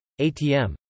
ATM